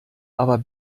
aber